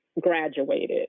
graduated